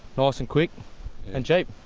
nice and quick and cheap.